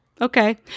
okay